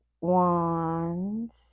Wands